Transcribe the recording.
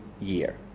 year